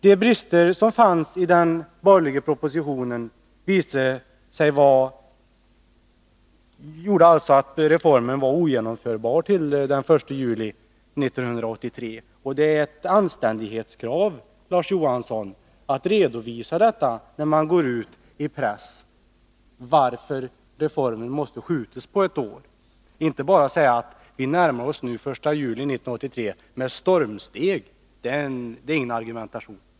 De brister som fanns i den borgerliga propositionen gjorde alltså att det var omöjligt att genomföra reformen den 1 juli 1983. Det är ett anständighetskrav, Larz Johansson, att man, när man går ut i pressen, redovisar varför reformen måste uppskjutas ett år. Att bara säga att vi nu närmar oss den 1 juli 1983 med stormsteg är ingen argumentation.